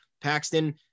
paxton